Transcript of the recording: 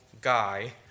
guy